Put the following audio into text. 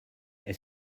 est